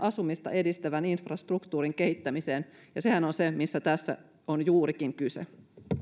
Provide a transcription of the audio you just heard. ja asumista edistävän infrastruktuurin kehittämiseen sehän on se mistä tässä on juurikin kyse